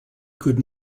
could